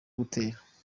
gutera